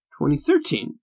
2013